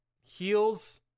heels